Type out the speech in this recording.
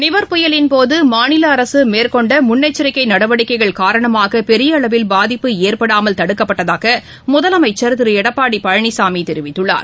நிவர் புயலின்போது மாநிலஅரசுமேற்கொண்டமுன்னெச்சரிக்கைநடவடிக்கைகள் காரணமாகபெரியஅளவில் பாதிப்பு ஏற்படாமல் தடுக்கப்பட்டதாகமுதலமைச்சர் எடப்பாடிபழனிசாமிதெரிவித்துள்ளார்